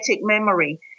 memory